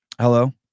Hello